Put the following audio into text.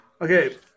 Okay